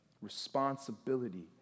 responsibility